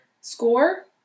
score